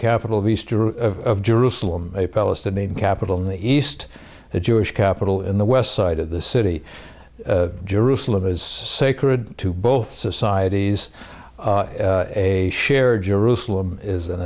capital of eastern jerusalem a palestinian capital in the east the jewish capital in the west side of the city jerusalem is sacred to both societies a shared jerusalem is an